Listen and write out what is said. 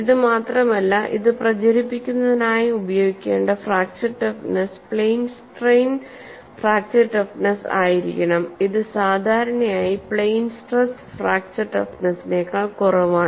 ഇത് മാത്രമല്ല ഇത് പ്രചരിപ്പിക്കുന്നതിനായി ഉപയോഗിക്കേണ്ട fracture toughness plane strain fracture toughness ആയിരിക്കണം ഇത് സാധാരണയായി പ്ലെയിൻ സ്ട്രെസ് ഫ്രാക്ചർ ടഫ്നെസിനേക്കാൾ കുറവാണ്